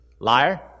Liar